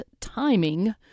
timing